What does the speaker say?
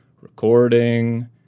recording